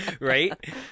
Right